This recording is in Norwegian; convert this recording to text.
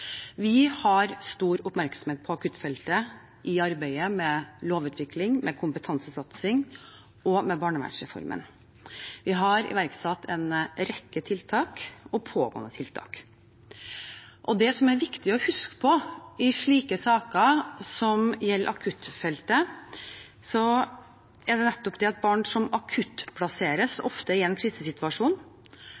Vi har stor oppmerksomhet på akuttfeltet i arbeidet med lovutvikling, med kompetansesatsing og med barnevernsreformen. Vi har iverksatt en rekke tiltak og har pågående tiltak. Det som er viktig å huske på i saker som gjelder akuttfeltet, er nettopp at barn som akuttplasseres,